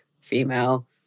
female